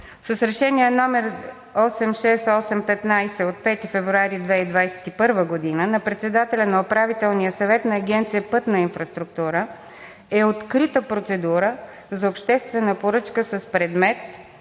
С Решение № 868-15, от 5 февруари 2021 г. на председателя на Управителния съвет на Агенция „Пътна инфраструктура“ е открита процедура за Обществена поръчка с предмет